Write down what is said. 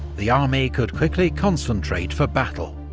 the army could quickly concentrate for battle.